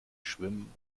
schwimmen